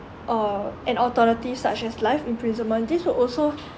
uh an alternative such as life imprisonment this would also